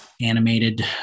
animated